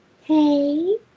hey